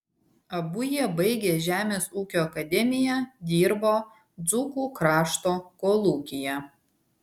abu jie baigę žemės ūkio akademiją dirbo dzūkų krašto kolūkyje